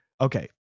Okay